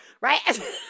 right